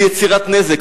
זה יצירת נזק.